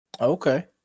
Okay